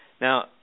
Now